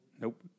Nope